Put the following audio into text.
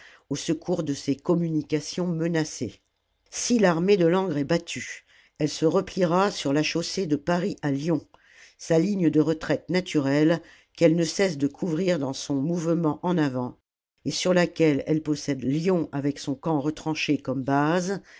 au secours de ses communications menacées la commune si l'armée de langres est battue elle se repliera sur la chaussée de paris à lyon sa ligne de retraite naturelle qu'elle ne cesse de couvrir dans son mouvement en avant et sur laquelle elle possède lyon avec son camp retranché comme base